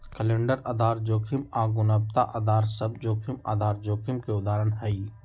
calendar आधार जोखिम आऽ गुणवत्ता अधार सभ जोखिम आधार जोखिम के उदाहरण हइ